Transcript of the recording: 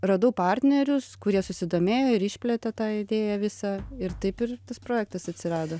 radau partnerius kurie susidomėjo ir išplėtė tą idėją visą ir taip ir tas projektas atsirado